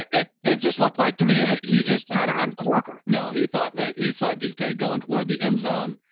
it it just looked like to me, he just had an uncork. brandan ah no, he thought that he saw dk going toward the end zone.